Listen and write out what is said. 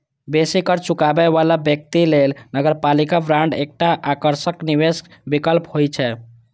बेसी कर चुकाबै बला व्यक्ति लेल नगरपालिका बांड एकटा आकर्षक निवेश विकल्प होइ छै